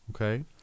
okay